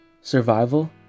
survival